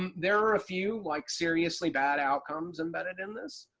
um there are a few, like seriously bad outcomes embedded in this,